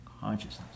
consciousness